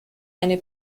eine